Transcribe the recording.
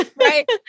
Right